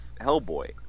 Hellboy